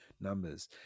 numbers